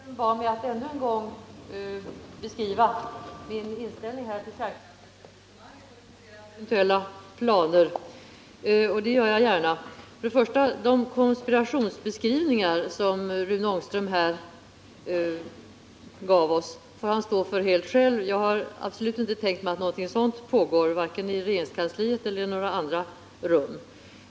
Herr talman! Rune Ångström bad mig att ännu en gång beskriva min inställning till kärnkraftsetablissemanget och dess eventuella planer. Det gör jag gärna. De konspirationsbeskrivningar som Rune Ångström här gav oss får han stå för helt själv. Jag har absolut inte tänkt mig att något sådant pågår — varken i regeringskansliet eller i några andra rum.